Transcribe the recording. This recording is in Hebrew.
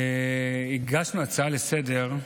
הגשנו הצעה לסדר,